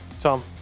Tom